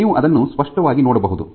ನೀವು ಅದನ್ನು ಸ್ಪಷ್ಟವಾಗಿ ನೋಡಬಹುದು